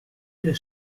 der